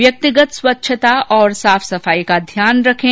व्यक्तिगत स्वच्छता और साफ सफाई का ध्यान रखें